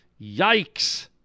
Yikes